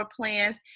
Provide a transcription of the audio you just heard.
plans